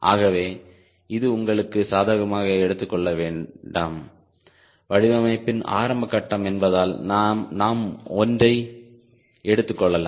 ஆகவே இது உங்களுக்கு சாதகமாக எடுத்துக் கொள்ள வேண்டாம் வடிவமைப்பின் ஆரம்ப கட்டம் என்பதால் நாம் ஒன்றை எடுத்துக் கொள்ளலாம்